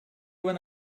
when